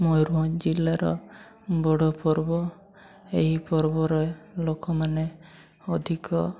ମୟୂରଭଞ୍ଜ ଜିଲ୍ଲାର ବଡ଼ ପର୍ବ ଏହି ପର୍ବରେ ଲୋକମାନେ ଅଧିକ